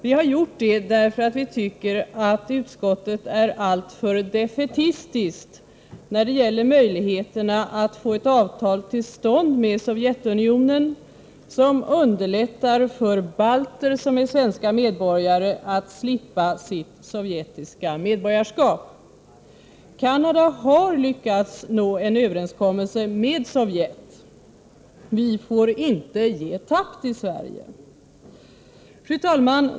Vi har gjort det därför att vi tycker att utskottet är alltför defaitistiskt när det gäller möjligheterna att få till stånd ett avtal med Sovjetunionen som underlättar för balter som är svenska medborgare att slippa sitt sovjetiska medborgarskap. Canada har lyckats nå en överenskommelse med Sovjet. Vi får inte ge tappt i Sverige! Fru talman!